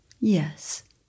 Yes